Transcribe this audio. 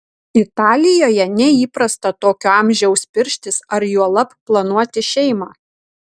italijoje neįprasta tokio amžiaus pirštis ar juolab planuoti šeimą